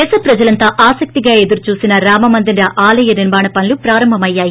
దేశప్రజలంతా ఆసక్తిగా ఎదురు చూసిన రామ మందిర ఆలయ నిర్మాణ పనులు ప్రారంభమయ్యాయి